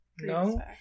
no